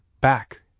back